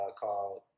called